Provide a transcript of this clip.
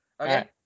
Okay